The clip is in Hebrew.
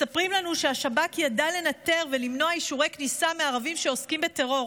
מספרים לנו שהשב"כ ידע לנטר ולמנוע אישורי כניסה מערבים שעוסקים בטרור.